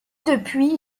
depuis